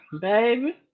baby